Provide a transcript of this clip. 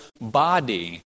body